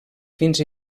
fins